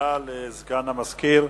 תודה לסגנית המזכיר.